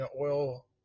oil